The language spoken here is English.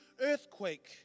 earthquake